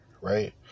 right